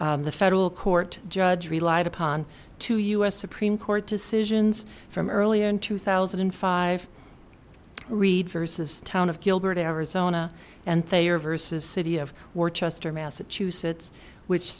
the federal court judge relied upon to us supreme court decisions from earlier in two thousand and five read versus town of gilbert arizona and they are vs city of worchester massachusetts which